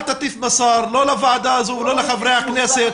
אל תטיף מוסר לא לוועדה הזו ולא לחברי הכנסת.